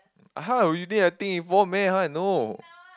how you think I think meh how I know